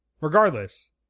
Regardless